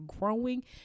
growing